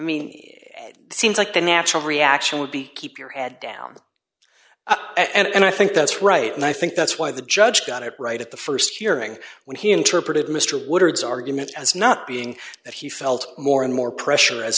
mean it seems like the natural reaction would be keep your ad down and i think that's right and i think that's why the judge got it right at the st hearing when he interpreted mr woodard's argument as not being that he felt more and more pressure as